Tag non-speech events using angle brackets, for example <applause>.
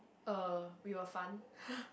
uh we were fun <laughs>